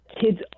kids